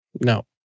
No